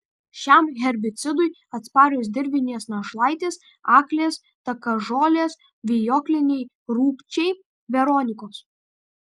šiam herbicidui atsparios dirvinės našlaitės aklės takažolės vijokliniai rūgčiai veronikos